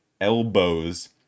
elbows